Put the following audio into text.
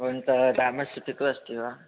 भवन्तः डामस्सिटिकल् अस्ति वा